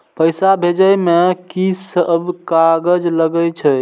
पैसा भेजे में की सब कागज लगे छै?